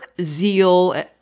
zeal